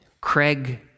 Craig